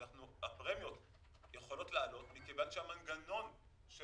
שהפרמיות יכולות לעלות מכיוון שהמנגנון של